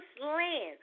land